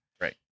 Right